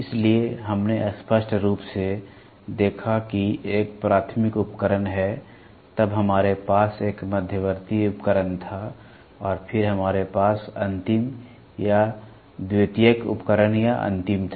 इसलिए हमने स्पष्ट रूप से देखा कि एक प्राथमिक उपकरण है तब हमारे पास एक मध्यवर्ती उपकरण था और फिर हमारे पास अंतिम या द्वितीयक उपकरण या अंतिम था